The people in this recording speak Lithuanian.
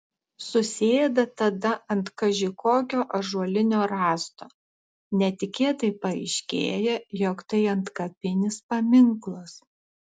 susėda tada ant kaži kokio ąžuolinio rąsto netikėtai paaiškėja jog tai antkapinis paminklas